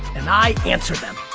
and i answer them.